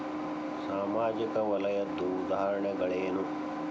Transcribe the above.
ಸಾಮಾಜಿಕ ವಲಯದ್ದು ಉದಾಹರಣೆಗಳೇನು?